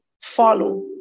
follow